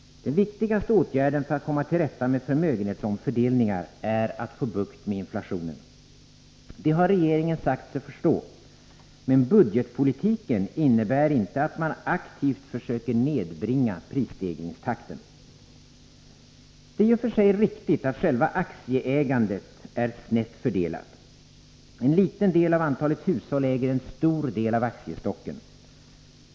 Den viktigaste åtgärden för att komma till rätta med förmögenhetsomfördelningar är att få bukt med inflationen. Detta har regeringen sagt sig förstå, men budgetpolitiken innebär inte att man aktivt försöker nedbringa prisstegringstakten. Det är i och för sig riktigt att själva aktieägandet är snett fördelat. En mycket liten del av antalet hushåll äger en stor del av aktiestocken.